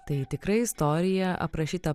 tai tikra istorija aprašyta